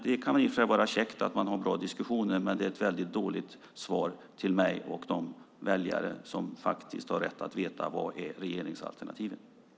Det kan i och för sig vara käckt att ha en bra diskussion, men det är ett dåligt svar till mig och de väljare som har rätt att veta vilka regeringsalternativen är.